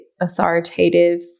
authoritative